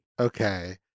Okay